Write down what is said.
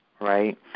right